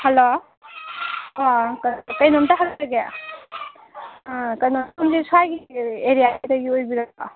hello ꯑꯥ ꯀꯩꯅꯣꯝꯇ ꯍꯪꯖꯒꯦ ꯑꯥ ꯀꯩꯅꯣ ꯁꯣꯝꯁꯦ ꯁꯥꯏꯒꯤ ꯑꯦꯔꯤꯌꯥꯁꯤꯗꯒꯤ ꯑꯣꯏꯕꯤꯔꯕ꯭ꯔꯣ